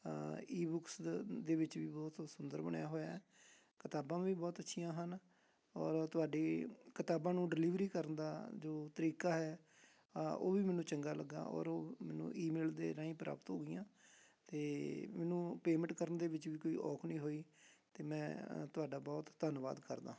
ebooks ਦ ਦੇ ਵਿੱਚ ਵੀ ਬਹੁਤ ਸੁੰਦਰ ਬਣਿਆ ਹੋਇਆ ਕਿਤਾਬਾਂ ਵੀ ਬਹੁਤ ਅੱਛੀਆਂ ਹਨ ਔਰ ਤੁਹਾਡੀ ਕਿਤਾਬਾਂ ਨੂੰ ਡਿਲੀਵਰੀ ਕਰਨ ਦਾ ਜੋ ਤਰੀਕਾ ਹੈ ਉਹ ਵੀ ਮੈਨੂੰ ਚੰਗਾ ਲੱਗਿਆ ਔਰ ਉਹ ਮੈਨੂੰ ਈਮੇਲ ਦੇ ਰਾਹੀਂ ਪ੍ਰਾਪਤ ਹੋ ਗਈਆਂ ਅਤੇ ਮੈਨੂੰ ਪੇਮੈਂਟ ਕਰਨ ਦੇ ਵਿੱਚ ਵੀ ਕੋਈ ਔਖ ਨਹੀਂ ਹੋਈ ਅਤੇ ਮੈਂ ਤੁਹਾਡਾ ਬਹੁਤ ਧੰਨਵਾਦ ਕਰਦਾ ਹਾਂ ਜੀ